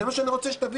זה מה שאני רוצה שתבינו.